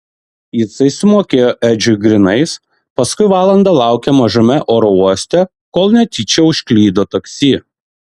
jisai sumokėjo edžiui grynais paskui valandą laukė mažame oro uoste kol netyčia užklydo taksi